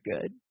good